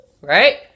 right